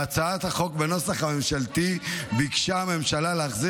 בהצעת החוק בנוסח הממשלתי ביקשה הממשלה להחזיר